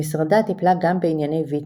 במשרדה טיפלה גם בענייני ויצו.